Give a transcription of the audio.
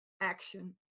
action